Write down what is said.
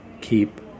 keep